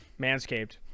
manscaped